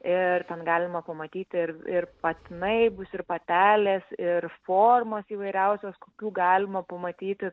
ir ten galima pamatyti ir ir patinai bus ir patelės ir formos įvairiausios kokių galima pamatyti